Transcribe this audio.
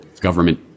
government